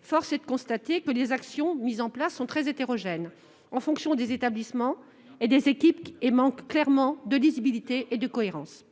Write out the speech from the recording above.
Force est de constater que les actions mises en place sont très hétérogènes- elles dépendent des établissements et des équipes -et manquent clairement de lisibilité et de cohérence.